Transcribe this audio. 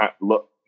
look